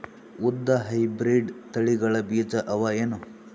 ಉದ್ದ ಹೈಬ್ರಿಡ್ ತಳಿಗಳ ಬೀಜ ಅವ ಏನು?